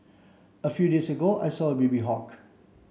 a few days ago I saw a baby hawk